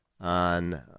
on